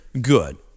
good